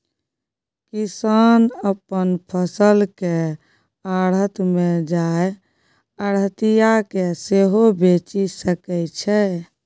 किसान अपन फसल केँ आढ़त मे जाए आढ़तिया केँ सेहो बेचि सकै छै